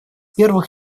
первых